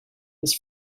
his